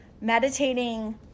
meditating